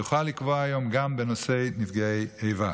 יוכל לקבוע היום גם בנושא נפגעי איבה.